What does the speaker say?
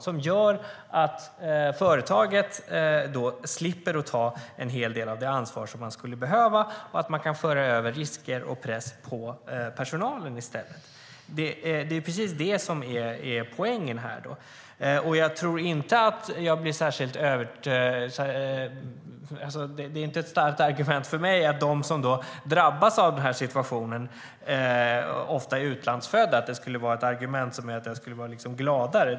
Det gör att företaget slipper ta ansvar, och risker och press kan föras över på personalen. Det är poängen. Det är inte ett starkt argument för mig att de som drabbas av situationen ofta är utlandsfödda. Jag kan inte förstå att det argumentet skulle göra mig gladare.